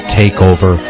takeover